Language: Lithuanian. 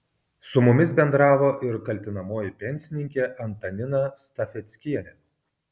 su mumis bendravo ir kaltinamoji pensininkė antanina stafeckienė